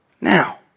Now